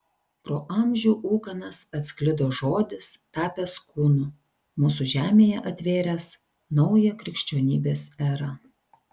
pro amžių ūkanas atsklido žodis tapęs kūnu mūsų žemėje atvėręs naują krikščionybės erą